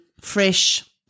fresh